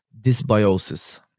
dysbiosis